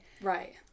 right